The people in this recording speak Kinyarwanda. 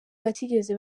batigeze